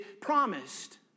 promised